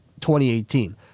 2018